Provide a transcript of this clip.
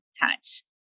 touch